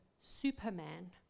Superman